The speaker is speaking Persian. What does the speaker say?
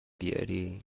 بیاری